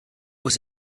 was